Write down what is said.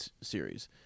series